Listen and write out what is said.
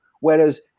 Whereas